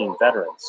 veterans